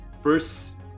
first